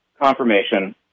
confirmation